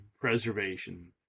preservation